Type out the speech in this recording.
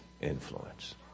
influence